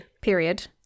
period